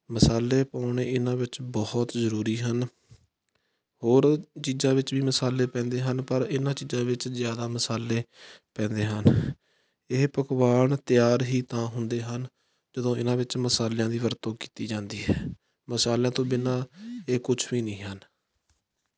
ਮਸਾਲੇ ਪਾਉਣੇ ਇਹਨਾਂ ਵਿੱਚ ਬਹੁਤ ਜ਼ਰੂਰੀ ਹਨ ਹੋਰ ਚੀਜ਼ਾਂ ਵਿੱਚ ਵੀ ਮਸਾਲੇ ਪੈਂਦੇ ਹਨ ਪਰ ਇਹਨਾਂ ਚੀਜ਼ਾਂ ਵਿੱਚ ਜ਼ਿਆਦਾ ਮਸਾਲੇ ਪੈਂਦੇ ਹਨ ਇਹ ਪਕਵਾਨ ਤਿਆਰ ਹੀ ਤਾਂ ਹੁੰਦੇ ਹਨ ਜਦੋਂ ਇਹਨਾਂ ਵਿੱਚ ਮਸਾਲਿਆਂ ਦੀ ਵਰਤੋਂ ਕੀਤੀ ਜਾਂਦੀ ਹੈ ਮਸਾਲਿਆਂ ਤੋਂ ਬਿਨਾ ਇਹ ਕੁਛ ਵੀ ਨਹੀਂ ਹਨ